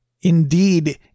Indeed